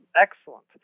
excellent